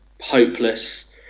hopeless